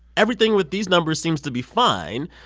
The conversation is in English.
everything with these numbers seems to be fine.